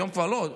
היום כבר לא,